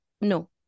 No